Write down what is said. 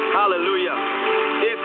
hallelujah